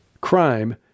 crime